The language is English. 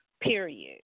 Period